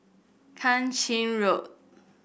Kang Ching Road